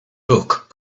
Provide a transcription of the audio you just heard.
book